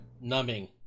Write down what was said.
numbing